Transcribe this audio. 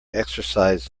exercise